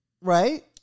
Right